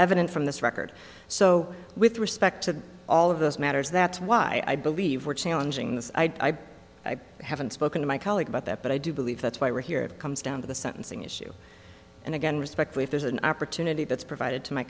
evident from this record so with respect to all of those matters that's why i believe we're challenging this i haven't spoken to my colleague about that but i do believe that's why we're here comes down to the sentencing issue and again respectfully if there's an opportunity that's provided to my